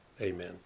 Amen